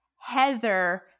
Heather